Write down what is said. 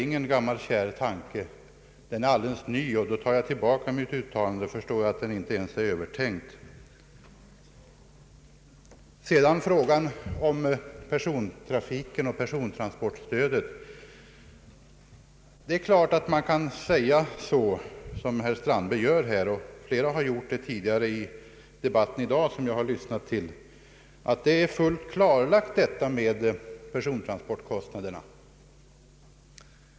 När det gäller frågan om persontrafiken och persontransportstödet är det klart att man kan säga som herr Strandberg — flera andra talare har också sagt det tidigare i debatten, vilken jag har lyssnat till — att det är fullt klarlagt med persontransportkostnaderna.